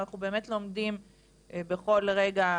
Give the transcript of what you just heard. אבל אנחנו באמת לומדים בכל רגע,